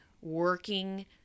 working